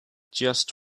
just